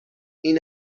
این